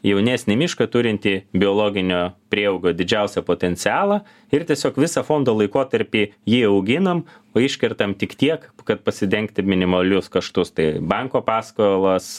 jaunesnį mišką turintį biologinio prieaugio didžiausią potencialą ir tiesiog visą fondo laikotarpį jį auginam o iškertam tik tiek kad pasidengti minimalius kaštus tai banko paskolos